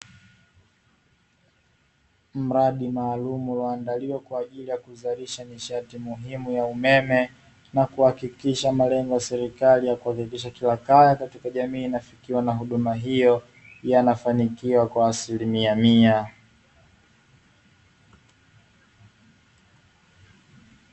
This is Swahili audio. Mradi maalumu ulioandaliwa kwa ajili ya kuzalisha nishati muhimu ya umeme, na kuhakikisha malengo ya serikali ya kuhakikisha kila kaya inafikiwa na huduma hiyo, yanafanikiwa kwa asilimia mia.